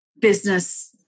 business